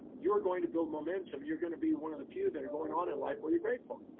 you are going to build momentum. you're going to be one of the few that are going on in life, where you're grateful.